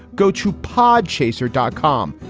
go to pod chaser dot com.